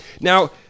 Now